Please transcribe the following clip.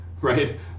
right